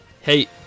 Hey